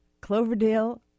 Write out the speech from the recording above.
Cloverdale